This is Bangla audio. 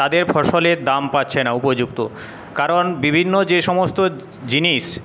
তাদের ফসলের দাম পাচ্ছে না উপযুক্ত কারণ বিভিন্ন যে সমস্ত জিনিস